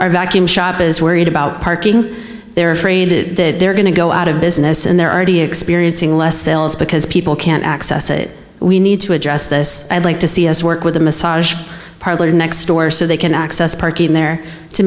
are vacuum shop is worried about parking they're afraid that they're going to go out of business and they're already experiencing less sales because people can't access it we need to address this i'd like to see as work with a massage parlor next door so they can access parking there to